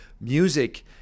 music